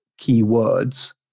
keywords